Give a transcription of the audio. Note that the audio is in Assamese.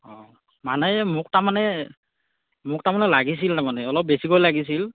অ মানে মোক তাৰমানে মোক তাৰমানে লাগিছিল তাৰমানে অলপ বেছিকৈ লাগিছিল